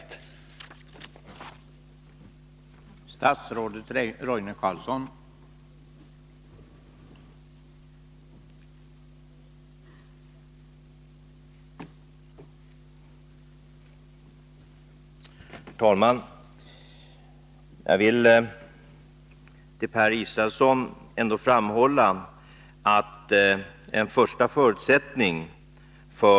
att trygga syssel att trygga sysselsättningen vid Örebro Pappersbruk AB